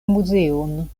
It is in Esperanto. muzeon